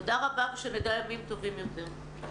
תודה רבה, ושנדע ימים טובים יותר.